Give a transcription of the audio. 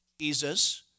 Jesus